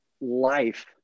life